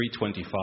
325